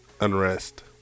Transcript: unrest